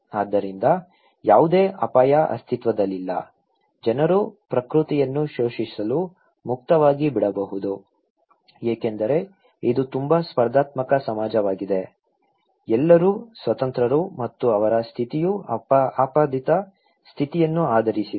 ಆದ್ದರಿಂದ ಯಾವುದೇ ಅಪಾಯ ಅಸ್ತಿತ್ವದಲ್ಲಿಲ್ಲ ಜನರು ಪ್ರಕೃತಿಯನ್ನು ಶೋಷಿಸಲು ಮುಕ್ತವಾಗಿ ಬಿಡಬಹುದು ಏಕೆಂದರೆ ಇದು ತುಂಬಾ ಸ್ಪರ್ಧಾತ್ಮಕ ಸಮಾಜವಾಗಿದೆ ಎಲ್ಲರೂ ಸ್ವತಂತ್ರರು ಮತ್ತು ಅವರ ಸ್ಥಿತಿಯು ಆಪಾದಿತ ಸ್ಥಿತಿಯನ್ನು ಆಧರಿಸಿದೆ